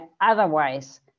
otherwise